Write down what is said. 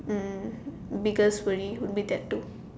mm biggest worry will be that too